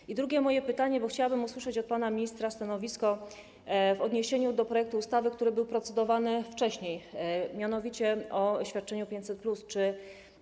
I drugie moje pytanie, bo chciałabym usłyszeć od pana ministra stanowisko w odniesieniu do projektu ustawy, który był procedowany wcześniej, mianowicie o świadczeniu 500+.